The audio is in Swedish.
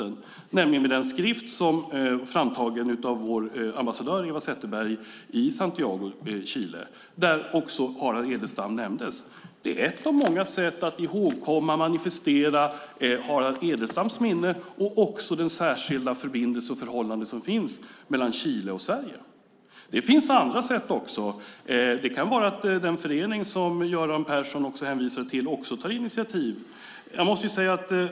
Det gäller då den skrift som är framtagen av Sveriges ambassadör Eva Zetterberg i Santiago de Chile och där också Harald Edelstam nämns. Det är ett av många sätt att ihågkomma Harald Edelstam, att manifestera minnet av Harald Edelstam, liksom den särskilda förbindelse och det förhållande som finns mellan Chile och Sverige. Det finns också andra sätt. Ett kan vara att den förening som Göran Persson i Simrishamn hänvisat till också tar initiativ.